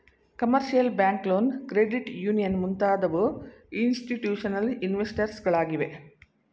commercial bank loan, credit union ಮುಂತಾದವು institutional investors ಗಳಾಗಿವೆ